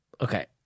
Okay